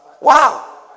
Wow